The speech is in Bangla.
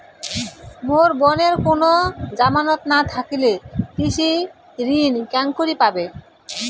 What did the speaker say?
মোর বোনের কুনো জামানত না থাকিলে কৃষি ঋণ কেঙকরি পাবে?